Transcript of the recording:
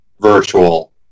virtual